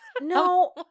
No